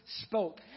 spoke